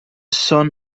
son